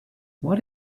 what